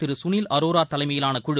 திரு ககில் அரோரோ தலைமையிலான குழு